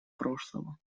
прошлого